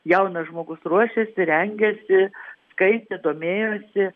jaunas žmogus ruošiasi rengiasi skaitė domėjosi